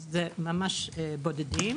אז עובדים שמגיעים חולים זה ממש מקרים בודדים.